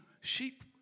sheep